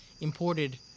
imported